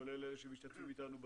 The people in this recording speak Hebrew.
כולל אלה שמשתתפים אתנו בזום.